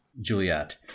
Juliet